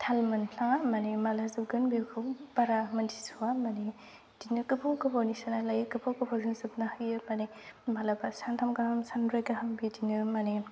थाल मोनफ्लाङा माने माब्ला जोबगोन बेफोरबायदि बारा मोन्थिस'वा माने बिदिनो गोबाव गोबावनि सोना लायो गोबाव गोबावजोंसो जोबना होयो माने माब्लाबा सानथाम गाहाम सानब्रै गाहाम बिदिनो माने